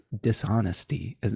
dishonesty